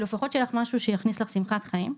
לפחות שיהיה לך משהו שיכניס לך שמחת חיים.